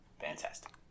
fantastic